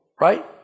right